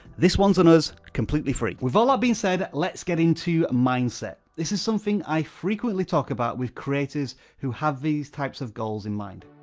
this one's on us, completely free. with that all being said, let's get into mindset. this is something i frequently talk about with creators who have these types of goals in mind.